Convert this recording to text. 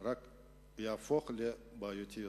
רק יהפוך לבעייתי יותר.